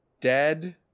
dead